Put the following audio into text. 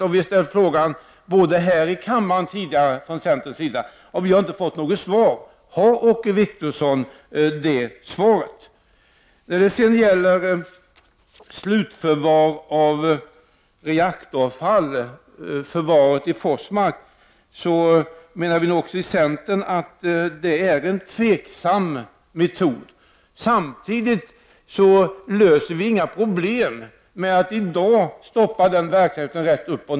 Från centerns sida har vi tidigare ställt denna fråga här i kammaren, men vi har inte fått något svar. Har Åke Wictorsson ett svar? När det gäller slutförvaring av reaktoravfallet, förvaring i Forsmark, menar vi nog också i centern att det är en tvivelaktig metod. Vi löser dock inga problem i dag genom att stoppa den verksamheten.